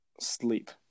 Sleep